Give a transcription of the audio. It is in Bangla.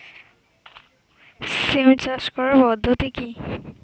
সিম চাষ করার পদ্ধতি কী?